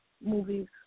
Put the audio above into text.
movies